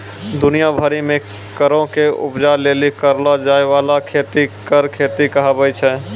दुनिया भरि मे फरो के उपजा लेली करलो जाय बाला खेती फर खेती कहाबै छै